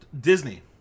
disney